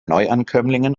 neuankömmlingen